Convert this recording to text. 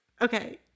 Okay